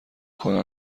کنن